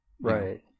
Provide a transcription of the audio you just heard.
right